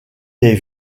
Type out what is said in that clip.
des